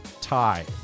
tie